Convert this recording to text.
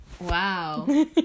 Wow